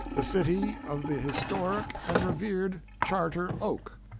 the city of the historic and revered charter oak,